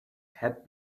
had